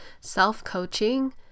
self-coaching